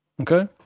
Okay